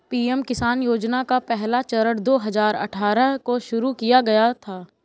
PM Kisan योजना का पहला चरण दो हज़ार अठ्ठारह को शुरू किया गया था